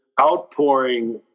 outpouring